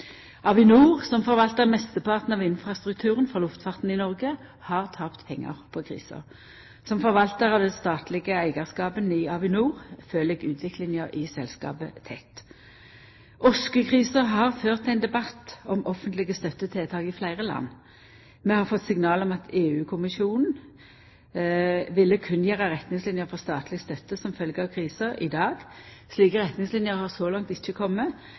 Avinor, som forvaltar mesteparten av infrastrukturen for luftfarten i Noreg, har tapt pengar på krisa. Som forvaltar av den statlege eigarskapen i Avinor følgjer eg utviklinga i selskapet tett. Oskekrisa har ført til ein debatt om offentlege støttetiltak i fleire land. Vi har fått signal om at EU-kommisjonen ville kunngjera retningsliner for statleg støtte som følgje av krisa i dag. Slike retningsliner har så langt ikkje